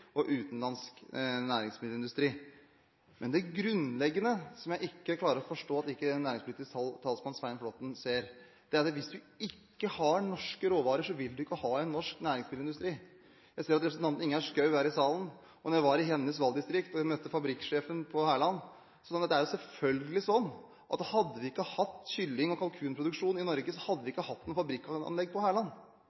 utenlandsk næringsmiddelindustri. Men det grunnleggende – som jeg ikke klarer å forstå at næringspolitisk talsmann Svein Flåtten ikke ser – er at hvis du ikke har norske råvarer, vil du ikke ha en norsk næringsmiddelindustri. Jeg ser at representanten Ingjerd Schou er i salen, og da jeg var i hennes valgdistrikt og jeg møtte fabrikksjefen på Hærland, sa han at det selvfølgelig er slik at hadde vi ikke hatt kylling- og kalkunproduksjon i Norge, hadde vi